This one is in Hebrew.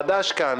חדש כאן,